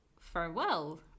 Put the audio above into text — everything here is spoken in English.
Farewell